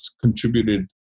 contributed